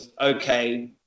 okay